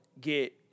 get